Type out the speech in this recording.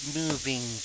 moving